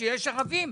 כשיש ערבים,